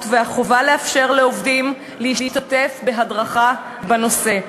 והחובה לאפשר לעובדים להשתתף בהדרכה בנושא.